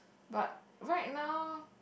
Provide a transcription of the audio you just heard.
but right now